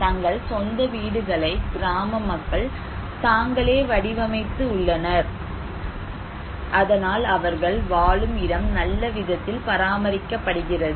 தங்கள் சொந்த வீடுகளை கிராம மக்கள் தாங்களே வடிவமைத்து உள்ளனர் அதனால் அவர்கள் வாழும் இடம் நல்ல விதத்தில் பராமரிக்கப்படுகிறது